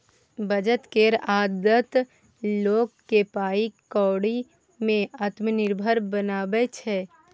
बचत केर आदत लोक केँ पाइ कौड़ी में आत्मनिर्भर बनाबै छै